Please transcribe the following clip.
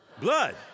Blood